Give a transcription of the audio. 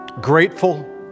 grateful